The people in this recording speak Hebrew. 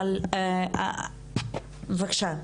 בבקשה.